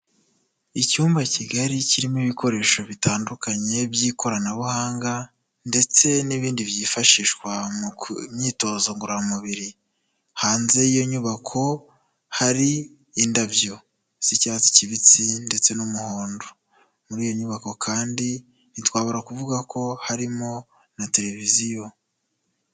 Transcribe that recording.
Icyumba kigari kirimo ibikoresho bitandukanye by'ikoranabuhanga ndetse n'ibindi byifashishwa mu myitozo ngororamubiri hanze y'iyo nyubako hari indabyo z'icyatsi kibisi ndetse n'umuhondo muri iyo nyubako kandi ntitwabura kuvuga ko harimo na tereviziyo.